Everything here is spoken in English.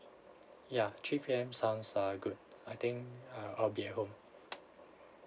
ya three P_M sounds uh good I think uh I'll be at home